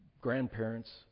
grandparents